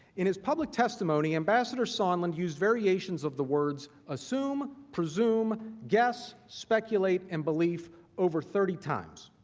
in his public testimony, ambassador sondland use variations of the words assume, presume, guess, speculate and belief over thirty times.